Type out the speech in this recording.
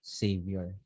savior